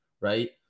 Right